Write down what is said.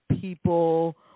people